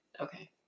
Okay